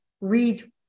read